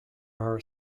are